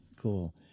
cool